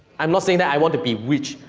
am not saying that i wan to be rich,